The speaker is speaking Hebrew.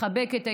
לחבק את הילדים,